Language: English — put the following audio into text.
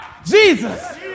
Jesus